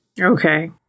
Okay